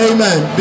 Amen